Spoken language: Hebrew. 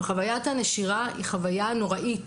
חווית הנשירה היא חוויה נוראית,